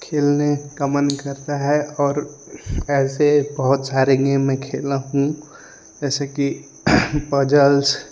खेलने का मन करता है और ऐसे बहुत सारे गेम मैं खेला हूँ जैसे कि पज़ल्स